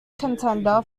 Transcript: contender